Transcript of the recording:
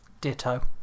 Ditto